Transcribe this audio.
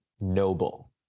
noble